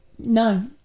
No